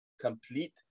complete